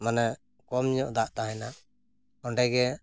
ᱢᱟᱱᱮ ᱠᱚᱢ ᱧᱚᱜ ᱫᱟᱜ ᱛᱟᱦᱮᱱᱟ ᱚᱸᱰᱮ ᱜᱮ